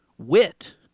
wit